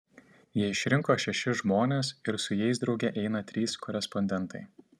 jie išrinko šešis žmones ir su jais drauge eina trys korespondentai